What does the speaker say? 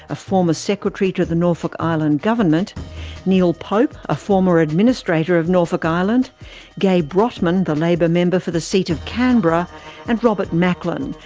a former secretary to the norfolk island government neil pope, a former administrator of norfolk island gai brodtmann, the labor member for the seat of canberra and robert macklin,